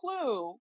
clue